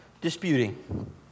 disputing